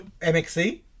mxc